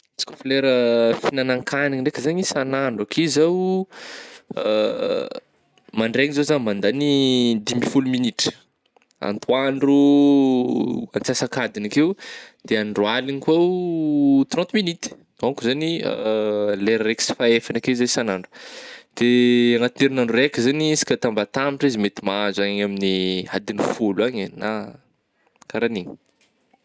Tsy kô fa lera fihignan-kanigna ndraiky zaigny isan'andro akeo zaho mandraigna zao zah mandagny dimy amby folo minitra, atoandro an-tsasakadigny akeo de andro aligny kô trente minutes donc zany lera raiky sy faefagny akeo zey isan'andro, de anatin'ny herinandro raika zegny isaka atambatambatra izy mety mahazo agny amin'ny adign'ny folo agny eh na ka raha an'igny.